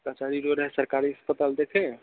कचहरी रोड है सरकारी अस्पताल देखे हैं